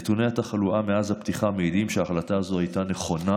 נתוני התחלואה מאז הפתיחה מעידים שההחלטה הזאת הייתה נכונה,